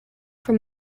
for